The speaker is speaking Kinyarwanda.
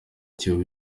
kiyovu